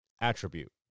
attribute